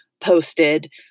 posted